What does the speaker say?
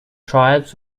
tribes